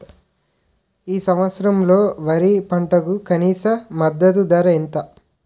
ఈ సంవత్సరంలో వరి పంటకు కనీస మద్దతు ధర ఎంత?